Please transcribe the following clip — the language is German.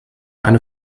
eine